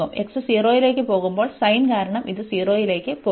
X 0 ലേക്ക് പോകുമ്പോൾ sin കാരണം ഇത് 0 ലേക്ക് പോകും